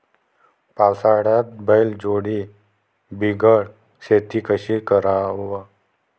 पावसाळ्यात बैलजोडी बिगर शेती कशी कराव?